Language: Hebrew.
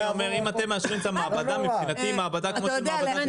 אם אתם מאשרים את המעבדה, מבחינתי מעבדה מאושרת.